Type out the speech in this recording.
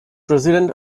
president